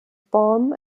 balm